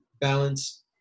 balance